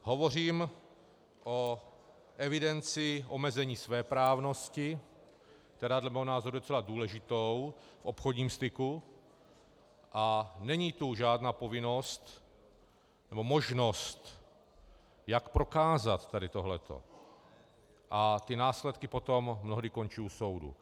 Hovořím o evidenci omezení svéprávnosti, která je dle mého názoru docela důležitou v obchodním styku, a není tu žádná povinnost nebo možnost, jak prokázat tady tohleto, a ty následky potom mnohdy končí u soudu.